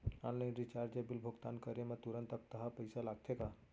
Online recharge या bill भुगतान करे मा तुरंत अक्तहा पइसा लागथे का?